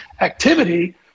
activity